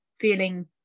feeling